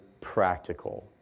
practical